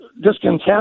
discontent